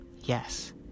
Yes